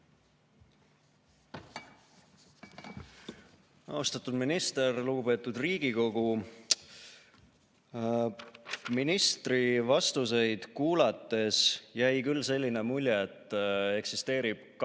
Austatud minister! Lugupeetud Riigikogu! Ministri vastuseid kuulates jäi küll selline mulje, et eksisteerib kaks